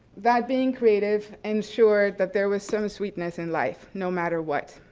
that being creative ensured that there was some sweetness in life no matter what,